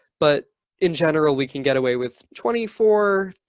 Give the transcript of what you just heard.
but in general, we can get away with twenty four,